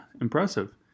Impressive